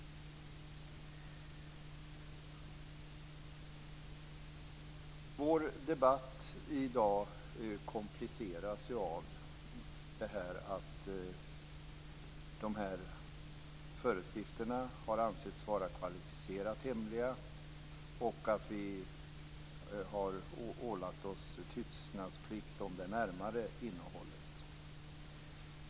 Vår debatt i dag kompliceras av att föreskrifterna ansetts vara kvalificerat hemliga och att vi har ålagt oss tystnadsplikt om det närmare innehållet.